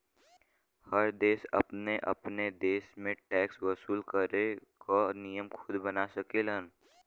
हर देश अपने अपने देश में टैक्स वसूल करे क नियम खुद बना सकेलन